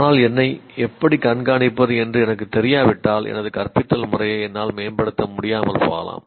ஆனால் என்னை எப்படி கண்காணிப்பது என்று எனக்குத் தெரியாவிட்டால் எனது கற்பித்தல் முறையை என்னால் மேம்படுத்த முடியாமல் போகலாம்